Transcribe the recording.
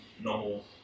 Normal